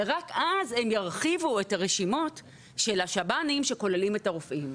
ורק אז הן ירחיבו את הרשימות של השב"נים שכוללים את הרופאים.